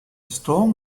strong